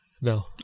No